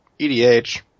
EDH